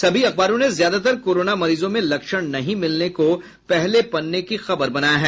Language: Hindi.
सभी अखबारों ने ज्यादातर कोरोना मरीजों में लक्षण नहीं मिलने को पहले पन्ने की खबर बनायी है